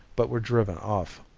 but were driven off.